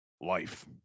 life